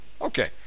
Okay